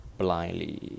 blindly